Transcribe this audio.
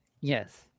Yes